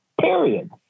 Period